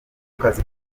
kazi